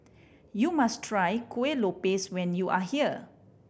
you must try Kuih Lopes when you are here